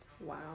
wow